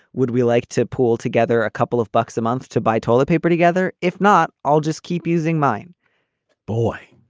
would we like to pool together a couple of bucks a month to buy toilet paper together? if not, i'll just keep using mine boy,